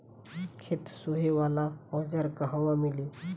खेत सोहे वाला औज़ार कहवा मिली?